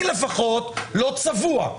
אני, לפחות, לא צבוע.